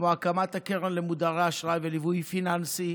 כמו הקמת הקרן למודרי אשראי וליווי פיננסי,